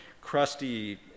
crusty